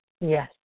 Yes